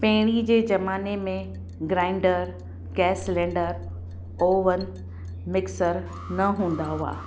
पहिरीं जे ज़माने में grinder gas cylinder oven mixer न हूंदा हुआ